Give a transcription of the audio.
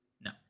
No